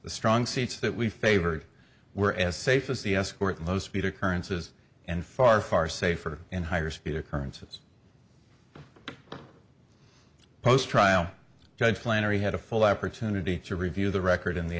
the strong seats that we favored were as safe as the escort low speed occurrences and far far safer and higher speed occurrences post trial judge flannery had a full opportunity to review the record in the